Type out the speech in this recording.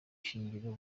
shingiro